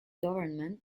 government